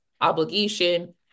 obligation